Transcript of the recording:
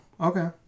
Okay